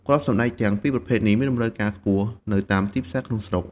គ្រាប់សណ្ដែកទាំងពីរប្រភេទនេះមានតម្រូវការខ្ពស់នៅតាមទីផ្សារក្នុងស្រុក។